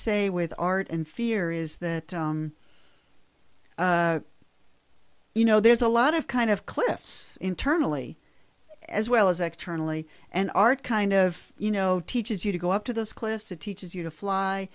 say with art and fear is that you know there's a lot of kind of cliffs internally as well as externally and are kind of you know teaches you to go up to those cliffs it teaches you to fly